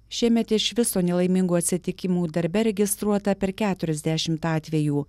šiemet iš viso nelaimingų atsitikimų darbe registruota per keturiasdešimt atvejų